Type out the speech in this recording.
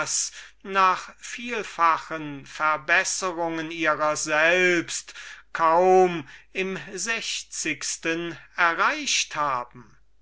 nach vielfachen verbesserungen ihrer selbst kaum im sechzigsten erreicht haben